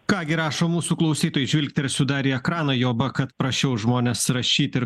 ką gi rašo mūsų klausytojai žvilgtersiu dar į ekraną juoba kad prašiau žmones rašyti ir